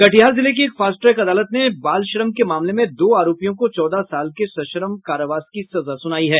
कटिहार जिले की एक फास्ट ट्रैक अदालत ने बाल श्रम के मामले में दो आरोपियों को चौदह साल के सश्रम कारावास की सजा सुनायी है